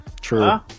true